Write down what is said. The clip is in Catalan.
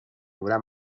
haurà